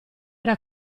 era